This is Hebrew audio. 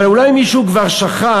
אבל אולי מישהו שכח